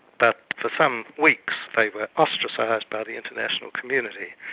but for some weeks they were ostracised by the international community.